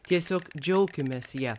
tiesiog džiaukimės ja